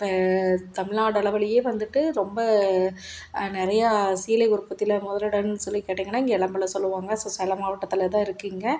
இப்போ தமிழ்நாடு அளவிலையே வந்துட்டு ரொம்ப நிறையா சீலை உற்பத்தியில முதலிடம்னு சொல்லி கேட்டிங்கன்னா இங்கே எளம்பிள்ளை சொல்லுவாங்க ஸோ சேலம் மாவட்டத்தில்தான் இருக்குது இங்கே